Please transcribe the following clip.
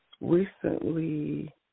recently